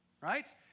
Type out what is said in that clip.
Right